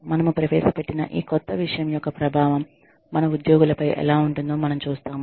మనము ప్రవేశపెట్టిన ఈ క్రొత్త విషయం యొక్క ప్రభావం మన ఉద్యోగులపై ఎలా ఉంటుందో మనం చూస్తాము